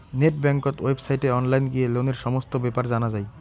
net বেংকত ওয়েবসাইটে online গিয়ে লোনের সমস্ত বেপার জানা যাই